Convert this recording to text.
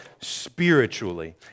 spiritually